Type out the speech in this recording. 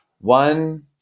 one